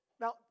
Now